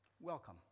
welcome